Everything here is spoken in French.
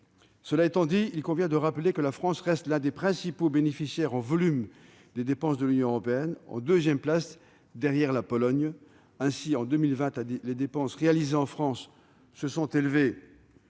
Cela étant dit, il convient de rappeler que la France reste l'un des principaux bénéficiaires en volume des dépenses de l'Union européenne, en deuxième place derrière la Pologne. Ainsi, en 2020, les dépenses réalisées en France se sont élevées